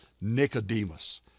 Nicodemus